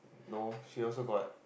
no she also got